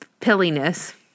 pilliness